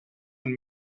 and